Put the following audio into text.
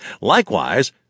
Likewise